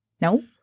No